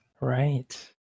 Right